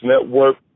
network